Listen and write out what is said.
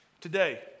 today